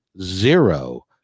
zero